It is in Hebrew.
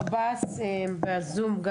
שב"ס, בזום.